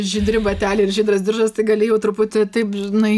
žydri bateliai ir žydras diržas tai gali jau truputį taip žinai